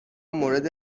مورد